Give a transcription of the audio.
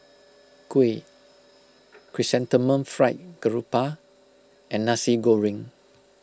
Kuih Chrysanthemum Fried Garoupa and Nasi Goreng